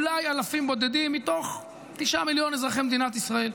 אולי אלפים בודדים מתוך 9 מיליון אזרחי מדינת ישראל.